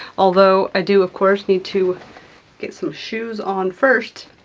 although i do, of course, need to get some shoes on first.